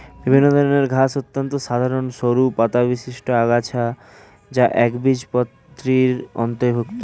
বিভিন্ন ধরনের ঘাস অত্যন্ত সাধারণ সরু পাতাবিশিষ্ট আগাছা যা একবীজপত্রীর অন্তর্ভুক্ত